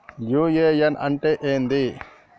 UAN అంటే ఏంది?